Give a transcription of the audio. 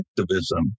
activism